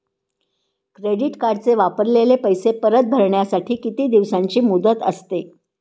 Credit कार्डचे वापरलेले पैसे परत भरण्यासाठी किती दिवसांची मुदत असते?